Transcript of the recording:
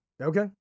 Okay